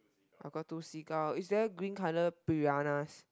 got got two seagull is there green colour piranhas